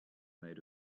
made